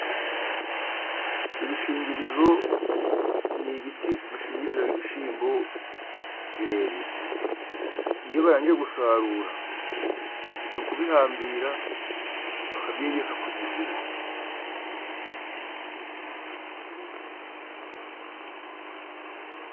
Ibishingirizo ni ibiti bashingiriza ibishyimbo birebire. Iyo barangije gusarura, ni ukubihambira bakabyegeka ku gihuru.